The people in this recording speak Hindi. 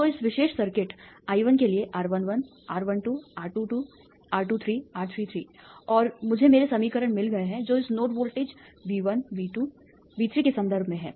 तो इस विशेष सर्किट I1 के लिए R11 R12 R22 R23 R33 और मुझे मेरे समीकरण मिल गए हैं जो इन node voltage V1 V2 V के संदर्भ में हैं